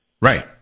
Right